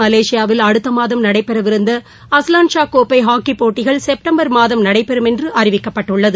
மலேசியாவில் அடுத்த மாதம் நடைபெறவிருந்த அஸ்லன்ஷா கோப்பை ஹாக்கி போட்டிகள் செப்டம்பர் மாதம் நடைபெறும் என்று அறிவிக்கப்பட்டுள்ளது